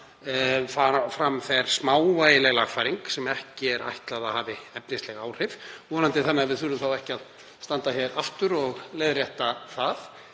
sem fram fer smávægileg lagfæring sem ekki er ætlað að hafa efnisleg áhrif, vonandi þannig að við þurfum ekki að standa hér aftur og leiðrétta það.